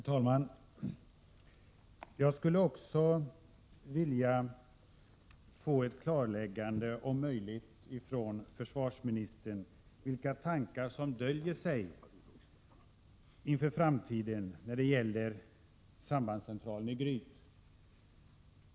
Herr talman! Jag skulle också vilja få ett klarläggande, om möjligt, från försvarsministern om vilka tankar som döljer sig när det gäller framtiden för sambandscentralen i Gryt.